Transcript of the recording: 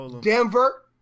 Denver